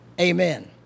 Amen